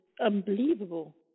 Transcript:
unbelievable